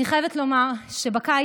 אני חייבת לומר שבקיץ,